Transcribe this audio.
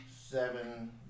seven